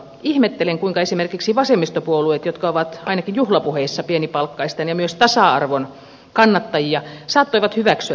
ihmettelen kuinka esimerkiksi vasemmistopuolueet jotka ovat ainakin juhlapuheissa pienipalkkaisten ja myös tasa arvon kannattajia saattoivat hyväksyä tämän päätöksen